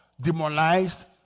demonized